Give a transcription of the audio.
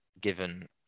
given